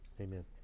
Amen